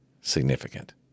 significant